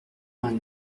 vingt